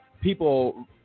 people